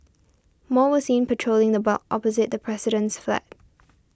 more were seen patrolling the block opposite the president's flat